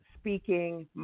speaking